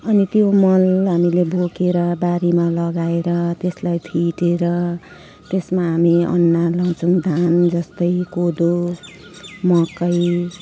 अनि त्यो मल हामीले बोकेर बारीमा लगाएर त्यसलाई फिटेर त्यसमा हामी अन्न लगाउँछौँ धान जस्तै कोदो मकै